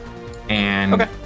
Okay